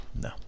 no